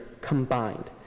combined